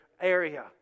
area